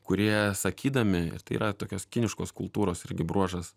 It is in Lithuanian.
kurie sakydami tai yra tokios kiniškos kultūros irgi bruožas